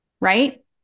right